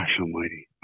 almighty